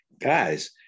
guys